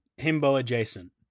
himbo-adjacent